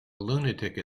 lunatic